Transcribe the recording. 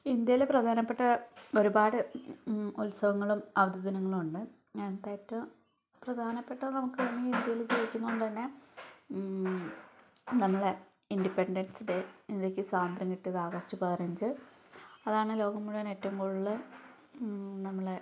ഇന്ത്യയിൽ പ്രധാനപ്പെട്ട ഒരുപാട് ഉത്സവങ്ങളും അവധി ദിനങ്ങളും ഉണ്ട് അതിൽ ഏറ്റവും പ്രധാനപെട്ട നമുക്ക് വേണമെങ്കിൽ ഇന്ത്യയിൽ ജീവിക്കുന്നതുകൊണ്ടുതന്നെ നമ്മളെ ഇന്റിപ്പെന്റൻസ് ഡേ ഇന്ത്യയ്ക്ക് സ്വാതന്ത്ര്യം കിട്ടിയത് ആഗസ്റ്റ് പതിനഞ്ച് അതാണ് ലോകം മുഴുവൻ ഏറ്റവും കൂടുതൽ നമ്മളെ